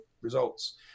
results